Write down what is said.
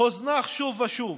הוזנח שוב ושוב.